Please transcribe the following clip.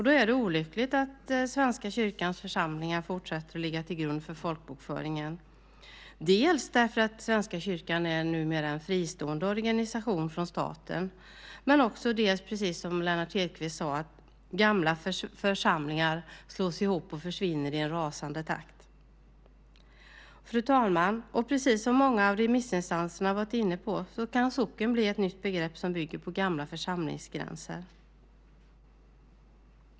Då är det olyckligt att Svenska kyrkans församlingar fortsätter att ligga till grund för folkbokföringen, dels därför att Svenska kyrkan numera är en från staten fristående organisation, dels därför att gamla församlingar - precis som Lennart Hedquist sade - slås ihop och försvinner i en rasande takt. Fru talman! Precis som många av remissinstanserna varit inne på kan socken bli ett nytt begrepp som bygger på gamla församlingsgränser.